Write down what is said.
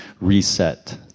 reset